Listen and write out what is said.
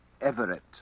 Everett